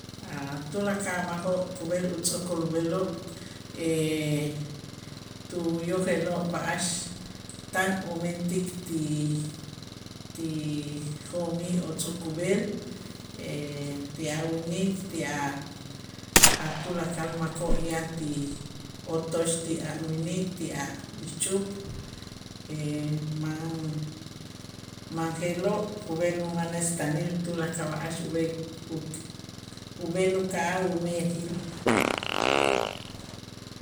A' tulakal makoo' kub'el utz'o'kol ub'eloo' tuyojeloo' b'a'ax tan umentik ti- ti jo'mij o tz'o'k kub'el ti a' winik ti a'-a' tulakal makoo' yan ti otoch ti a' winik ti a' ixch'up man man je'lo' kub'el umanes taanil tulakal b'a'ax ub'el uka'aj umeyajil.